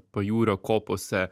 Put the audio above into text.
pajūrio kopose